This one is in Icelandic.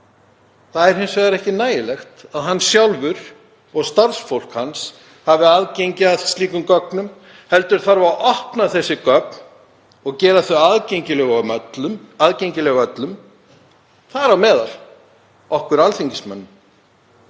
Það er hins vegar ekki nægilegt að hann sjálfur og starfsfólk hans hafi aðgengi að slíkum gögnum heldur þarf að opna þessi gögn og gera þau aðgengileg öllum, þar á meðal okkur alþingismönnum.